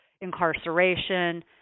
incarceration